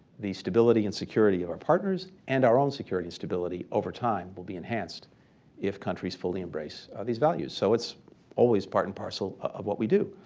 the stability and security of our partners and our own security and stability over time will be enhanced if countries fully embrace these values. so it's always part and parcel of what we do.